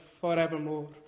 forevermore